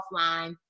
offline